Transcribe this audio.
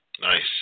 Nice